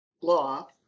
law